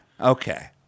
okay